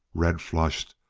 red flushed,